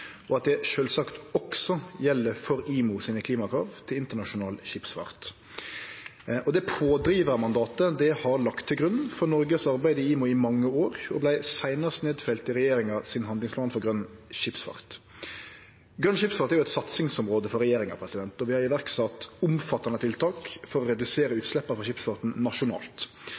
og at det sjølvsagt også gjeld for IMOs klimakrav til internasjonal skipsfart. Det pådrivarmandatet har lege til grunn for Noregs arbeid i IMO i mange år og vart seinast nedfelt i regjeringa sin handlingsplan for grøn skipsfart. Grøn skipsfart er jo eit satsingsområde for regjeringa, og vi har sett i verk omfattande tiltak for å redusere utsleppa frå skipsfarten nasjonalt.